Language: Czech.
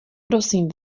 prosím